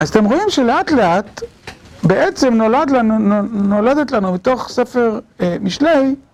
אז אתם רואים שלאט לאט בעצם נולדת לנו מתוך ספר משלי.